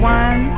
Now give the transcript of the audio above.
one